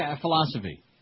philosophy